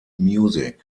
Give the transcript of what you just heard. music